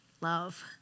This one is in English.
love